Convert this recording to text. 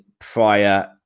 prior